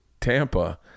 Tampa